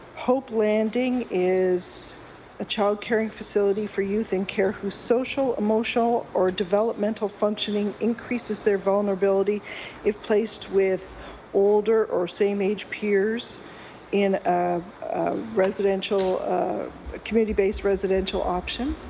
hope landing is a child caring facility for youth in care whose social, emotional or developmental functioning increases their vulnerability if placed with older or same age peers in a residential community-based residential option.